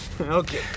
Okay